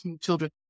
children